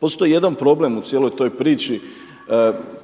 postoji jedan problem u cijeloj toj priči